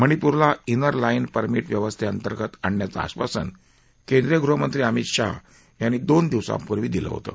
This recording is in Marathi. मणिपूरला इनर लाईन परमिट व्यवस्थेअंतर्गत आणण्याचं आश्वासन केंद्रीय गृहमंत्री अमित शाह यांनी दोन दिवसांपूर्वी दिलं होतं